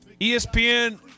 ESPN